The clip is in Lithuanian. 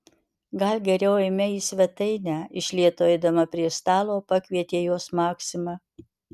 gal geriau eime į svetainę iš lėto eidama prie stalo pakvietė juos maksima